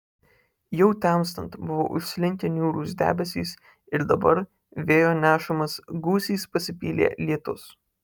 jau temstant buvo užslinkę niūrūs debesys ir dabar vėjo nešamas gūsiais pasipylė lietus